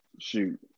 Shoot